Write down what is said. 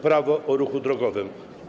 Prawo o ruchu drogowym.